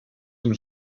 tym